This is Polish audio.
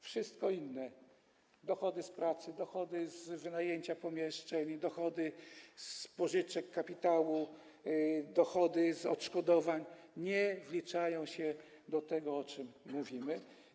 Wszystko inne: dochody z pracy, dochody z wynajęcia pomieszczeń i dochody z pożyczek kapitału, dochody z odszkodowań nie wliczają się do tego, o czym mówimy.